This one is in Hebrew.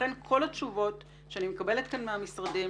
לכן כל התשובות שאני מקבלת כאן המשרדים,